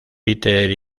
peter